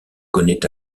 connaît